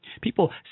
People